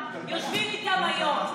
יושבים איתם היום.